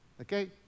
okay